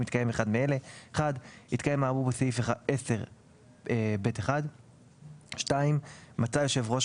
אם מתקיים אחד מאלה: התקיים האמור בסעיף 10(ב)(1); מצא יושב ראש